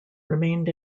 remained